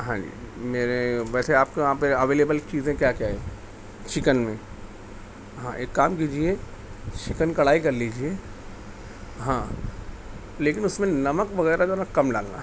ہاں جی میرے ویسے آپ تو یہاں پہ اویلیبل چیزیں کیا کیا ہیں چکن میں ہاں ایک کام کیجیے چکن کڑھائی کر لیجیے ہاں لیکن اس میں نمک وغیرہ ذرا کم ڈالنا